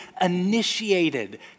initiated